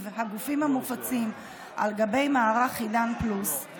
הגופים המופצים על גבי מערך עידן פלוס,